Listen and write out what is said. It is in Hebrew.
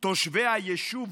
תושבי היישוב אוהד,